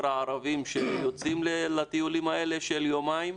הערביים שיוצאים לטיולים האלה של יומיים?